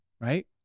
right